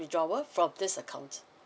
withdrawal from this account